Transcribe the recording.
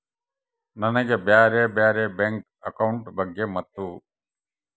ನನಗೆ ಬ್ಯಾರೆ ಬ್ಯಾರೆ ಬ್ಯಾಂಕ್ ಅಕೌಂಟ್ ಬಗ್ಗೆ ಮತ್ತು?